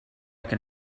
can